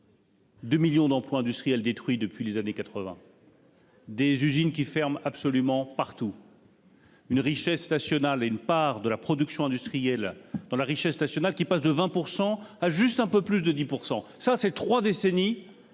2 millions d'emplois industriels détruits depuis les années 1980, des usines qui ferment absolument partout, une part de la production industrielle dans la richesse nationale qui passe de 20 % à juste un peu plus de 10 %.